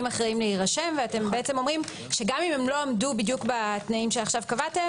אחרים להירשם ואתם אומרים שגם אם לא עמדו בדיוק בתנאים שכעת קבעתם,